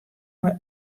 mei